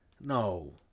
No